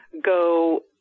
go